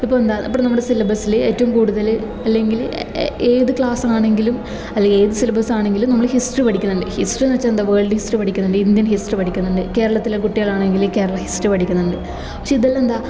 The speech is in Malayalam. ഇപ്പോൾ എന്താ ഇവിടെ നമ്മുടെ സിലബസില് ഏറ്റവും കൂടുതല് അല്ലെങ്കിൽ ഏത് ക്ലാസാണെങ്കിലും അല്ലെങ്കിൽ ഏത് സിലബസ് ആണെങ്കിലും നമ്മള് ഹിസ്റ്ററി പഠിക്കുന്നുണ്ട് ഹിസ്റ്ററി എന്ന് വച്ചാ എന്താ വേൾഡ് ഹിസ്റ്ററി പഠിക്കുന്നുണ്ട് ഇന്ത്യൻ ഹിസ്റ്ററി പഠിക്കുന്നുണ്ട് കേരളത്തിലെ കുട്ടികളാണെങ്കില് കേരള ഹിസ്റ്ററി പഠിക്കുന്നുണ്ട് പക്ഷെ ഇതെല്ലം എന്താ